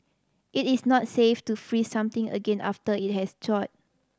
it is not safe to freeze something again after it has thawed